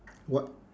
whi~